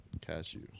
Cashew